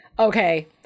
Okay